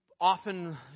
often